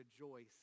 rejoice